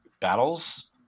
battles